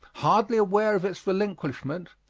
hardly aware of its relinquishment,